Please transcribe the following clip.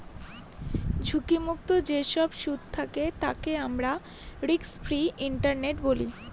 ঝুঁকি মুক্ত যেসব সুদ থাকে তাকে আমরা রিস্ক ফ্রি ইন্টারেস্ট বলি